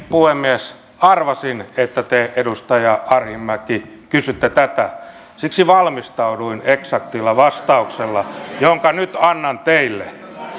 puhemies arvasin että te edustaja arhinmäki kysytte tätä siksi valmistauduin eksaktilla vastauksella jonka nyt annan teille